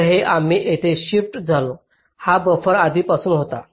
तर हे आम्ही येथे शिफ्ट झालो हा बफर आधीपासून होता